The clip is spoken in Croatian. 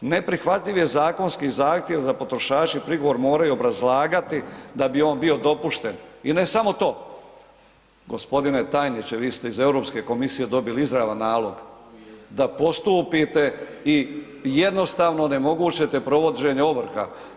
Neprihvatljiv je zakonski zahtjev za potrošače, prigovor moraju obrazlagati da bi on bio dopušten i ne samo to, g. tajniče, vi ste iz EU komisije dobili izravan nalog, da postupite i jednostavno onemogućite provođenje ovrha.